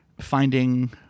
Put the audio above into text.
finding